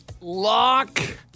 Lock